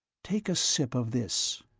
take a sip of this.